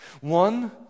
one